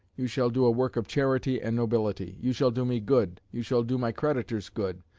you shall do a work of charity and nobility, you shall do me good, you shall do my creditors good,